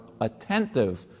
attentive